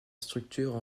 structure